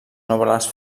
nobles